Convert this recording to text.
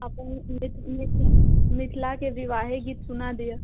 अपन मिथ मिथिला मिथिलाके विवाहे गीत सुना दिऽ